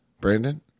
Brandon